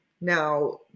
Now